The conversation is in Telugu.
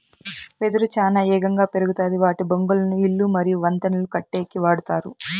వెదురు చానా ఏగంగా పెరుగుతాది వాటి బొంగులను ఇల్లు మరియు వంతెనలను కట్టేకి వాడతారు